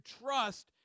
trust